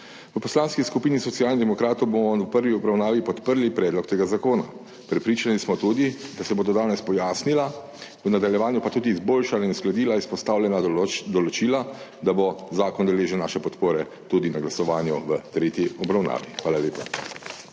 V Poslanski skupini Socialnih demokratov bomo v prvi obravnavi podprli predlog tega zakona. Prepričani smo tudi, da se bodo danes pojasnila, v nadaljevanju pa tudi izboljšala in uskladila izpostavljena določila, da bo zakon deležen naše podpore tudi na glasovanju v tretji obravnavi. Hvala lepa.